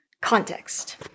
context